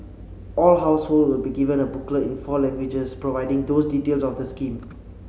all households will be given a booklet in four languages providing those the details of the scheme